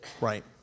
Right